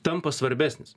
tampa svarbesnis